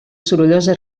sorollosa